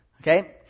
Okay